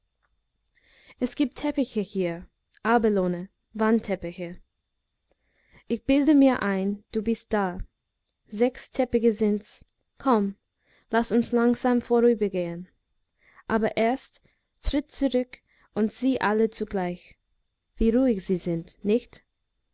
es giebt teppiche hier abelone wandteppiche ich bilde mir ein du bist da sechs teppiche sinds komm laß uns langsam vorübergehen aber erst tritt zurück und sieh alle zugleich wie ruhig sie sind nicht